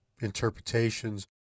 interpretations